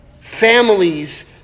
families